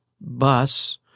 bus